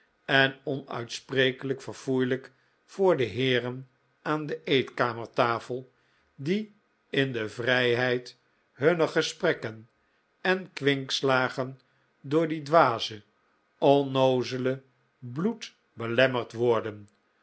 en onuitsprekelijk verfoeilijk voor de heeren aan de eetkamer tafel die in de vrijheid hunner gesprekken en kwinkslagen door dien dwazen onnoozelen bloed belemmerd worden